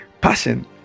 Passion